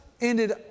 ended